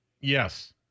Yes